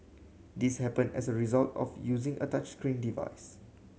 this happened as a result of using a touchscreen device